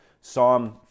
Psalm